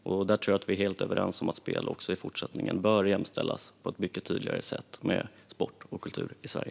Jag tror att vi är helt överens om att spel i fortsättningen på ett mycket tydligare sätt bör jämställas med sport och kultur i Sverige.